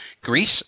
Greece